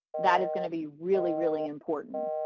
that is going to be really, really important.